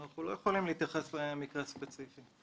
אנחנו לא יכולים להתייחס למקרה ספציפי,